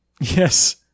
Yes